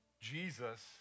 Jesus